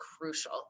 crucial